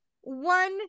One